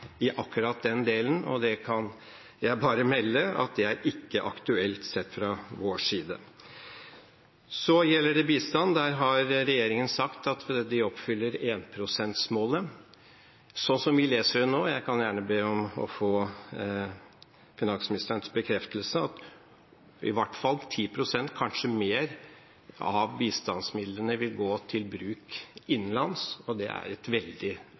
jeg bare melde at ikke er aktuelt sett fra vår side. Så gjelder det bistand. Der har regjeringen sagt at den oppfyller 1 pst.-målet. Slik som vi leser det nå – jeg kan gjerne be om å få finansministerens bekreftelse – vil i hvert fall 10 pst., kanskje mer, av bistandsmidlene gå til bruk innenlands, og det er et veldig